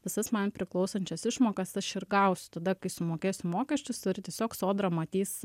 visas man priklausančias išmokas aš ir gausiu tada kai sumokėsiu mokesčius ir tiesiog sodra matys